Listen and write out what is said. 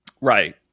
right